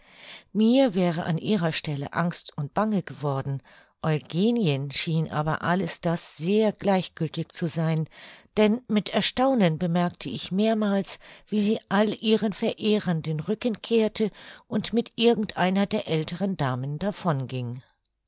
mir wäre an ihrer stelle angst und bange geworden eugenien schien aber alles das sehr gleichgültig zu sein denn mit erstaunen bemerkte ich mehrmals wie sie all ihren verehrern den rücken kehrte und mit irgend einer der älteren damen davon ging